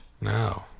No